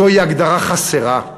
זוהי הגדרה חסרה.